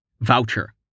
voucher